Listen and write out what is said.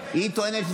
אה, אנחנו היורים?